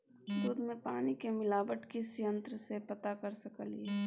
दूध में पानी के मिलावट किस यंत्र से पता कर सकलिए?